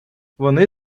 вони